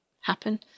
happen